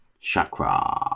Chakra